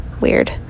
weird